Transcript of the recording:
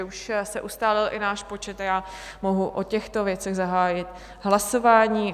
Už se ustálil i náš počet a já mohu o těchto věcech zahájit hlasování.